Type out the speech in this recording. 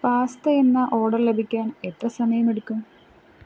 pasta എന്ന order ലഭിക്കാൻ എത്ര സമയം എടുക്കും